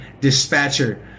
dispatcher